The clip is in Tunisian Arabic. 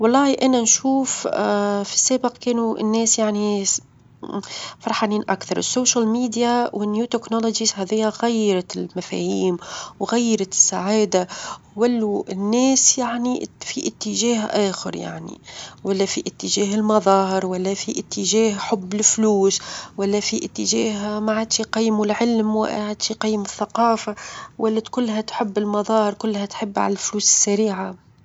والله أنا نشوف في السابق كانوا الناس يعني فرحانين أكثر وسائل التواصل الإجتماعي، والتكنولوجيا الحديثة هذي غيرت المفاهيم، وغيرت السعادة، وولوا الناس يعني في إتجاه آخر يعني، ولا في إتجاه المظاهر، ولا في إتجاه حب الفلوس، ولا في اتجاه معدش يقيموا العلم، ومعدش يقيموا الثقافة، ولت كلها تحب المظاهر، كلها تحب على الفلوس السريعة.